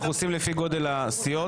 אנחנו עושים לפי גודל הסיעות.